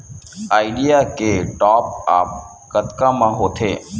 Idea के top आप कतका म होथे?